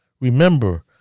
Remember